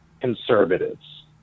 conservatives